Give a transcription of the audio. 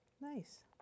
Nice